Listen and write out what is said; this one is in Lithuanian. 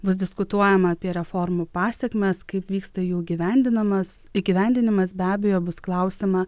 bus diskutuojama apie reformų pasekmes kaip vyksta jų įgyvendanamas įgyvendinimas be abejo bus klausiama